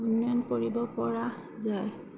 উন্নয়ন কৰিব পৰা যায়